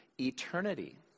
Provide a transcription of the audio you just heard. eternity